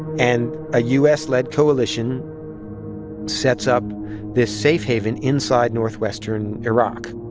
and a u s led coalition sets up this safe haven inside northwestern iraq.